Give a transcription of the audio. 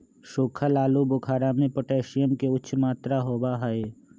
सुखल आलू बुखारा में पोटेशियम के उच्च मात्रा होबा हई